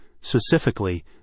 specifically